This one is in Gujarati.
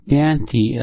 ત્યાંથી